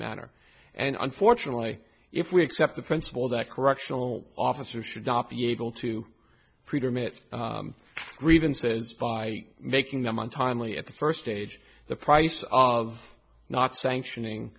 manner and unfortunately if we accept the principle that correctional officers should not be able to get grievances by making them on timely at the first stage the price of not sanctioning